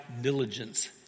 diligence